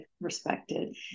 respected